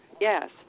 Yes